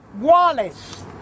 Wallace